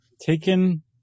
Taken